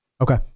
Okay